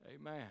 Amen